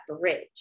bridge